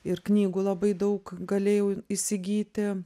ir knygų labai daug galėjau įsigyti